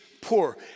poor